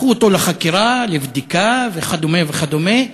לקחו אותו לחקירה, לבדיקה וכדומה וכדומה.